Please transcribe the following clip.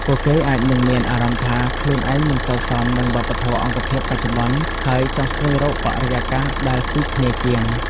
ពួកគេអាចនឹងមានអារម្មណ៍ថា ខ្លួនឯងមិនសូវសមនឹងវប្បធម៌អង្គភាពបច្ចុប្បន្ន ហើយចង់ស្វែងរកបរិយាកាសដែលស៊ីគ្នាជាង។